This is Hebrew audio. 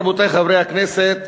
רבותי חברי הכנסת,